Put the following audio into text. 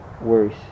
worse